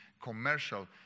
commercial